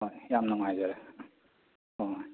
ꯍꯣꯏ ꯌꯥꯝ ꯅꯨꯡꯉꯥꯏꯖꯔꯦ ꯍꯣꯏ